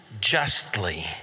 justly